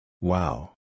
Wow